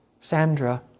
Sandra